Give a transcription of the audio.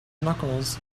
knuckles